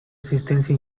asistencia